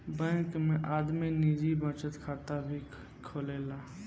bank में आदमी निजी बचत खाता भी खोलेला